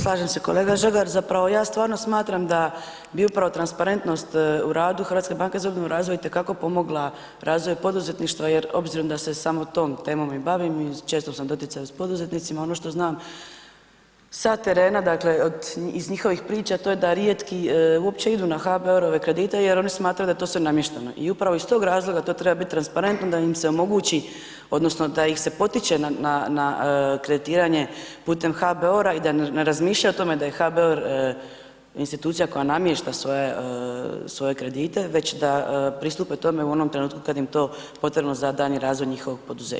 Slažem se kolega Žagar, zapravo ja stvarno smatram da bi upravo transparentnost u radu HBOR-a itekako pomogla razvoju poduzetništva jer obzirom da se samo o tom temom i bavimo, često sam u doticaju s poduzetnicima, ono što znam sa terena, dakle iz njihovih priča to je da rijetki uopće idu na HBOR-ove kredite jer oni smatraju da je to sve namješteno i upravo iz tog razloga to treba biti transparentno da im se omogući odnosno da ih se potiče ma kreditiranje putem HBOR-a i da ne razmišljaju o tome da je HBOR institucija koja namješta svoje kredite već da pristupe tome u onom trenutku kad im je to potrebno za daljnji razvoj njihovog poduzeća.